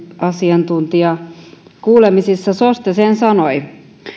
asiantuntijakuulemisissa soste sen sanoi